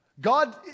God